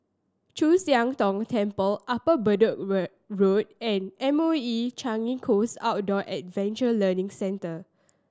Chu Siang Tong Temple Upper Bedok Road and M O E Changi Coast Outdoor Adventure Learning Centre